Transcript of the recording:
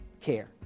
care